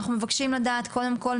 אנחנו מבקשים לדעת קודם כל,